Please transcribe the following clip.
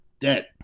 debt